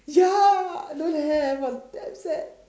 ya don't have I'm that sad